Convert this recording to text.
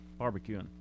barbecuing